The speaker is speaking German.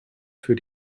für